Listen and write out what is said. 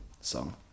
song